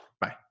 Bye